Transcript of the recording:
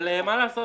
אבל מה לעשות,